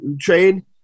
trade